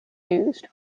used